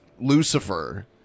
Lucifer